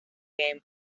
game